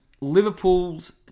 Liverpool's